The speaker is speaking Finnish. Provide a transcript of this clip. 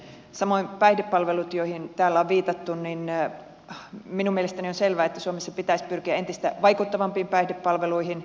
samoin koskien päihdepalveluita joihin täällä on viitattu minun mielestäni on selvää että suomessa pitäisi pyrkiä entistä vaikuttavampiin päihdepalveluihin